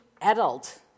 adult